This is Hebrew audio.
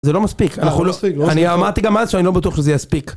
זה לא מספיק, אני אמרתי גם אז שאני לא בטוח שזה יספיק.